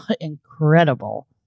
incredible